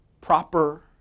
proper